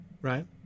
right